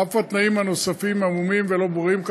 אף התנאים הנוספים עמומים ולא ברורים.